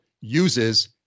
uses